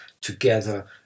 Together